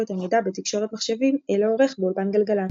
את המידע בתקשורת מחשבים אל העורך באולפן גלגלצ.